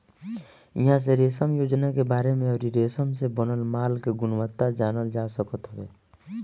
इहां से रेशम योजना के बारे में अउरी रेशम से बनल माल के गुणवत्ता जानल जा सकत हवे